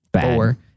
Four